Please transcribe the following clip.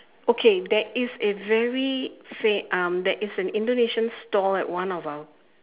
okay there is a very fair um there is an Indonesian stall at one of our